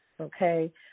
okay